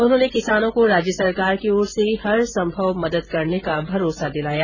उन्होंने किसानों को राज्य सरकार की ओर से हर संभव मदद करने का भरोसा दिलाया